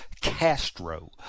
Castro